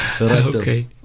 Okay